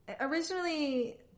originally